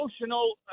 emotional